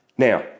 Now